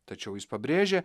tačiau jis pabrėžė